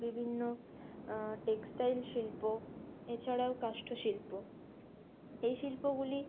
বিভিন্ন টেক্সটাইল শিল্প এছাড়াও কাষ্ঠশিল্প এই শিল্পগুলি